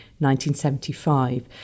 1975